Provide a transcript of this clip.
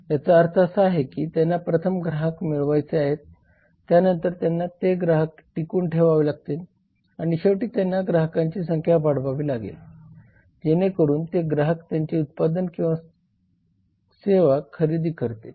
याचा अर्थ असा की त्यांना प्रथम ग्राहक मिळवायचे आहेत त्यानंतर त्यांना ते ग्राहक टिकवून ठेवावे लागतील आणि शेवटी त्यांना ग्राहकांची संख्या वाढवावी लागेल जेणेकरुन ते ग्राहक त्यांचे उत्पादन किंवा सेवा खरेदी करतील